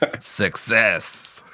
success